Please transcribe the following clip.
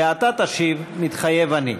ואתה תשיב: "מתחייב אני".